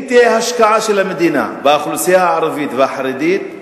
אם תהיה השקעה של המדינה באוכלוסייה הערבית והחרדית,